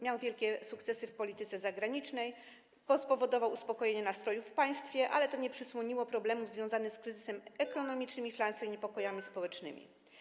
Miał wielkie sukcesy w polityce zagranicznej, spowodował uspokojenie nastrojów w państwie, ale to nie przysłoniło problemów związanych z kryzysem ekonomicznym, inflacją i niepokojami społecznymi.